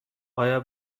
آیا